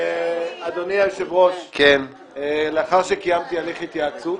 אדוני היושב ראש, לאחר שקיימתי הליך התייעצות,